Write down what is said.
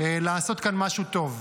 לעשות כאן משהו טוב.